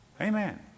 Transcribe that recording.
Amen